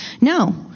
No